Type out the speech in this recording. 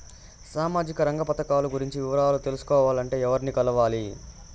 సామాజిక రంగ పథకాలు గురించి వివరాలు తెలుసుకోవాలంటే ఎవర్ని కలవాలి?